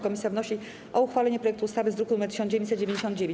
Komisja wnosi o uchwalenie projektu ustawy z druku nr 1999.